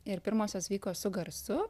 ir pirmosios vyko su garsu